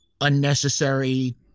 unnecessary